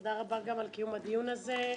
תודה רבה גם על קיום הדיון הזה.